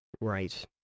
right